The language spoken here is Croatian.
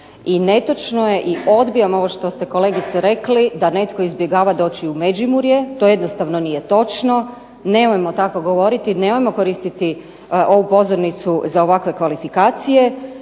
I netočno je i odbijam ovo što ste kolegice rekli da netko izbjegava doći u Međimurje, to jednostavno nije točno, nemojmo tako govoriti, nemojmo koristiti ovu govornicu za takve kvalifikacije